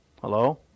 Hello